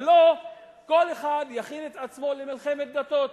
ולא, כל אחד יכין את עצמו למלחמת דתות.